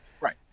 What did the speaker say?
Right